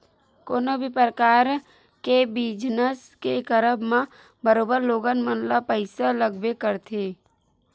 कोनो भी परकार के बिजनस के करब म बरोबर लोगन मन ल पइसा लगबे करथे